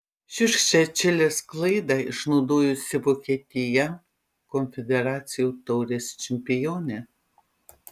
šiurkščią čilės klaidą išnaudojusi vokietija konfederacijų taurės čempionė